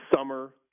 summer